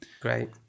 Great